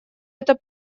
это